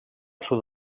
sud